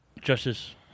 Justice